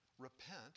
repent